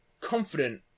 confident